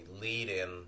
lead-in